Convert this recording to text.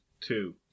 two